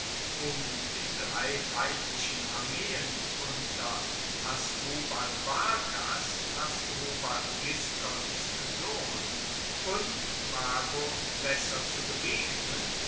um den drei feindlichen armeen unter hasdrubal barkas hasdrubal gisgons sohn und mago besser zu begegnen